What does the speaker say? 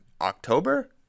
October